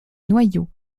noyau